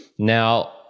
Now